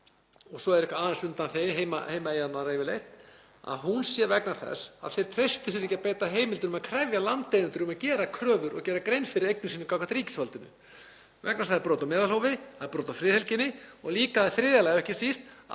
og svo er eitthvað aðeins undanþegið, Heimaeyjarnar yfirleitt, að hún sé vegna þess að þeir treystu sér ekki að beita heimildunum til að krefja landeigendur um að gera kröfur og gera grein fyrir eignum sínum gagnvart ríkisvaldinu vegna þess að það er brot á meðalhófi, það er brot á friðhelginni og í þriðja lagi og ekki síst